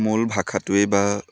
মূল ভাষাটোৱেই বা